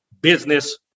Business